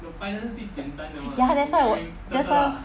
ya that's why 我 that's why